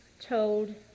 told